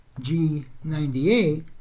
G98